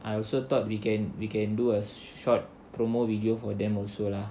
I also thought we can we can do a short promo video for them also lah